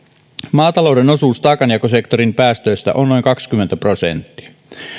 maatalouden osuus taakanjakosektorin päästöistä on noin kaksikymmentä prosenttia